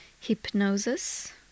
hypnosis